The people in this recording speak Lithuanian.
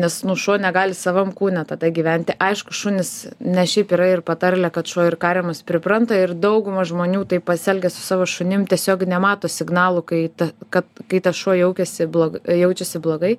nes nu šuo negali savam kūne tada gyventi aišku šunys ne šiaip yra ir patarlė kad šuo ir kariamas pripranta ir dauguma žmonių taip pasielgia su savo šunim tiesiog nemato signalų kai t kad kai tas šuo jaukiasi blog jaučiasi blogai